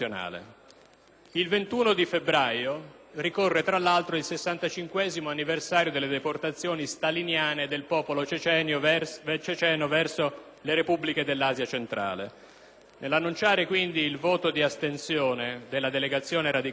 Il 21 febbraio ricorre, tra l'altro, il 65º anniversario delle deportazioni staliniane del popolo ceceno verso le Repubbliche dell'Asia centrale. Nell'annunciare quindi il voto di astensione della delegazione radicale,